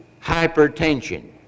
hypertension